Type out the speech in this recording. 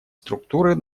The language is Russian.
структуры